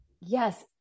Yes